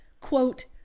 Quote